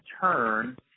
turn